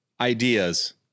ideas